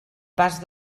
pas